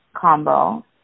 combo